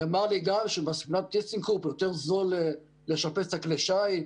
נאמר לי גם שבמספנת טיסנקרופ יותר זול לשפץ את כלי השיט,